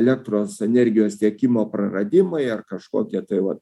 elektros energijos tiekimo praradimai ar kažkokie tai vat